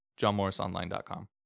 johnmorrisonline.com